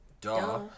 Duh